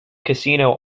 casino